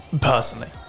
personally